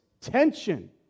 tension